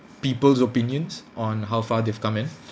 people's opinions on how far they've come in